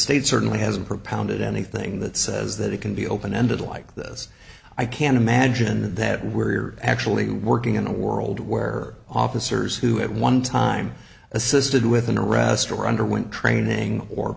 state certainly hasn't propounded anything that says that it can be open ended like this i can't imagine that we're actually working in a world where officers who at one time assisted with an arrest or underwent training or